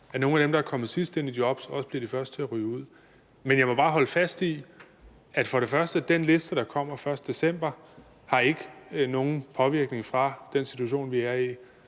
at nogle af dem, der er kommet sidst ind i jobs, også bliver de første til at ryge ud. Men for det første må jeg bare holde fast i, at den liste, der kommer 1. december, ikke har nogen påvirkning fra den situation, vi er i.